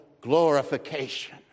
glorification